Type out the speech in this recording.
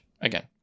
again